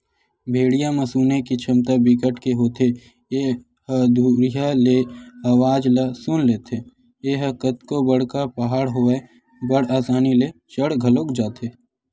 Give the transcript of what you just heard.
भेड़िया म सुने के छमता बिकट के होथे ए ह दुरिहा ले अवाज ल सुन लेथे, ए ह कतको बड़का पहाड़ होवय बड़ असानी ले चढ़ घलोक जाथे